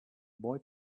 boy